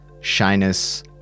shyness